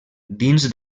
dins